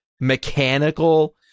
mechanical